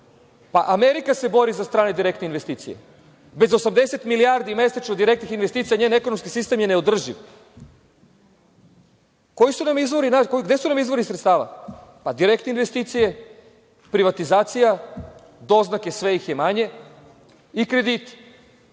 Amerika se bori za strane direktne investicije. Bez 80 milijardi mesečno direktnih investicija njen ekonomski sistem je neodrživ. Gde su nam izvori sredstava? Direktne investicije, privatizacija, doznake, sve ih je manje, i krediti.